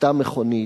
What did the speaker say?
הוצתה מכונית,